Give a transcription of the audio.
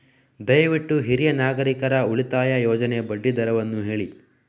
ದಯವಿಟ್ಟು ಹಿರಿಯ ನಾಗರಿಕರ ಉಳಿತಾಯ ಯೋಜನೆಯ ಬಡ್ಡಿ ದರವನ್ನು ಹೇಳಿ